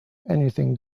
anything